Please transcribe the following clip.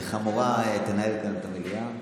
איך המורה תנהל כאן את המליאה.